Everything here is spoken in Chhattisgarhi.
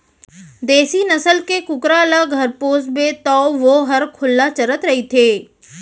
देसी नसल के कुकरा ल घर पोसबे तौ वोहर खुल्ला चरत रइथे